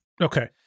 Okay